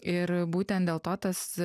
ir būtent dėl to tas